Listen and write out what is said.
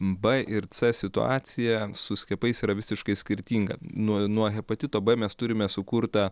b ir c situacija su skiepais yra visiškai skirtinga nuo nuo hepatito b mes turime sukurtą